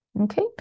Okay